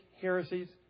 heresies